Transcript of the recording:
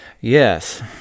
Yes